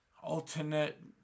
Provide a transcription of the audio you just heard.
Alternate